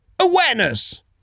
Awareness